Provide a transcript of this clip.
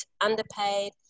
underpaid